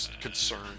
concern